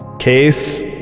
Case